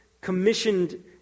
commissioned